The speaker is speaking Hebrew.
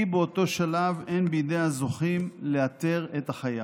כי באותו שלב אין בידי הזוכים לאתר את החייב.